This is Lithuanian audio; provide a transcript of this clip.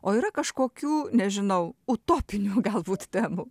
o yra kažkokių nežinau utopinių galbūt tabu